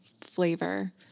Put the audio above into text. flavor